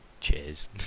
Cheers